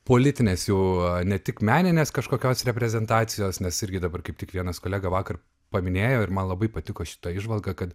politinės jau ne tik meninės kažkokios reprezentacijos nes irgi dabar kaip tik vienas kolega vakar paminėjo ir man labai patiko šita įžvalga kad